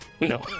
No